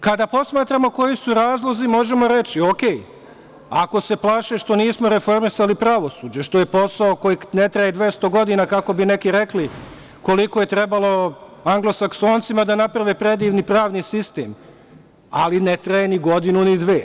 Kada posmatramo koji su razlozi, možemo reći – okej, ako se plaše što nismo reformisali pravosuđe, što je posao koji ne traje 200 godina, kako bi neki rekli, koliko je trebalo Anglosaksoncima da naprave predivni pravni sistem, ali ne traje ni godinu, ni dve.